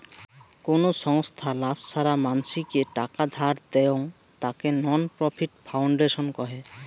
কোন ছংস্থা লাভ ছাড়া মানসিকে টাকা ধার দেয়ং, তাকে নন প্রফিট ফাউন্ডেশন কহে